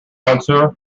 monsieur